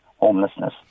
homelessness